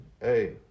hey